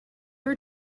ever